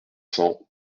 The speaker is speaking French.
cents